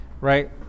right